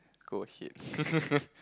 go ahead